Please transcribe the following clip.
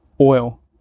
oil